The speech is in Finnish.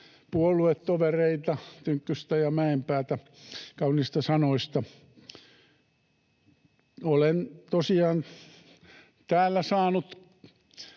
puoluetovereita Tynkkystä ja Mäenpäätä kauniista sanoista. Olen tosiaan täällä saanut